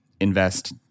invest